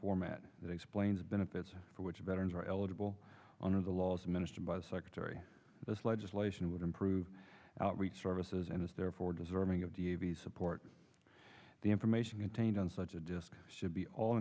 format that explains benefits for which veterans are eligible under the last ministry by the secretary this legislation would improve services and is therefore deserving of d v support the information contained on such a disc should be all